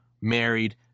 married